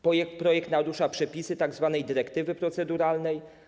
Projekt narusza przepisy tzw. dyrektywy proceduralnej.